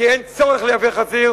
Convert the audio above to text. כי אין צורך לייבא חזיר,